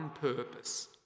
purpose